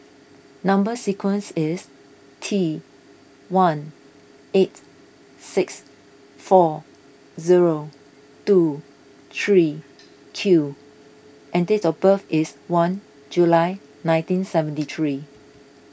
Number Sequence is T one eight six four zero two three Q and date of birth is one July nineteen seventy three